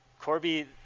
Corby